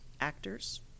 actors